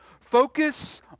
Focus